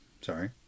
Sorry